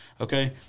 Okay